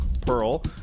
pearl